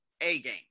A-game